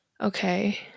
okay